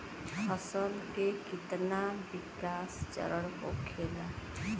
फसल के कितना विकास चरण होखेला?